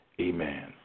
amen